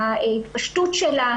ההתפשטות שלה,